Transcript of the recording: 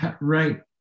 Right